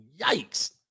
yikes